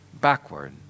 backward